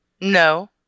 no